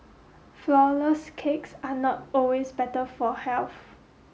flour less cakes are not always better for health